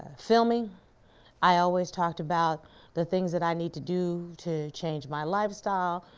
filming i always talked about the things that i need to do to change my lifestyle,